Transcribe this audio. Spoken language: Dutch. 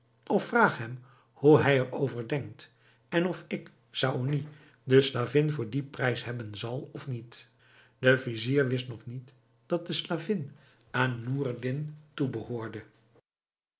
of vraag hem hoe hij er over denkt en of ik saony de slavin voor dien prijs hebben zal of niet de vizier wist nog niet dat de slavin aan noureddin toebehoorde